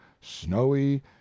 snowy